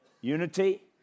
unity